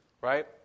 right